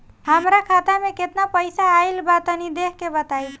हमार खाता मे केतना पईसा आइल बा तनि देख के बतईब?